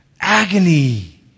Agony